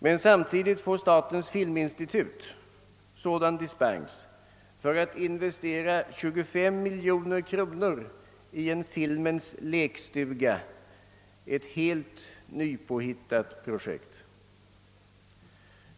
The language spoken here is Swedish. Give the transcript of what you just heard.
Men samtidigt får statens filminstitut sådan dispens för att investera 25 miljoner kronor i en filmens lekstuga, ett helt nypåhittat projekt.